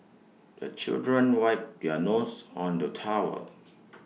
the children wipe their noses on the towel